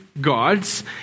gods